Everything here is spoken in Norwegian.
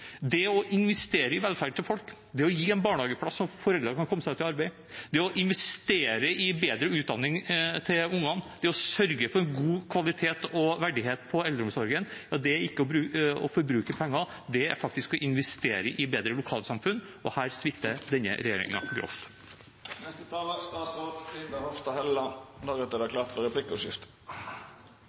arbeid, det å investere i bedre utdanning til ungene og det å sørge for god kvalitet og verdighet på eldreomsorgen er ikke å forbruke penger; det er faktisk å investere i bedre lokalsamfunn, og her svikter denne